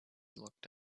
looked